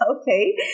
okay